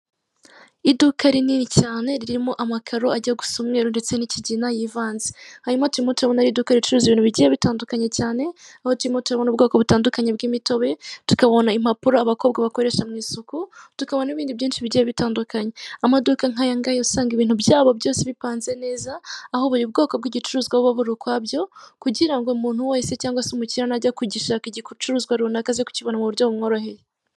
Iduka rinini cyane ririmo amakaro agiye gusa umweru ndetse n'ikigina yivanze, hanyuma turimo turabona ari iduka ricuruza ibintu bigiye bitandukanye, cyane aho turimo turimo n'ubwoko butandukanye bw'imitobe tukabona impapuro abakobwa bakoresha, tukabona ibindi byinshi bigiye bitandukanye, amaduka ugasanga ibintu byabo byose bipanze neza, aho ubwoko ku gicuruzwa buba muri urwabyo kugira ngo umuntu wese cyangwa se umukiriya najya kugishaka igicuruzwa runaka aze kukibona mu buryo bumworoheye.